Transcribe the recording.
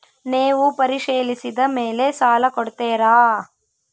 ನೇವು ಪರಿಶೇಲಿಸಿದ ಮೇಲೆ ಸಾಲ ಕೊಡ್ತೇರಾ?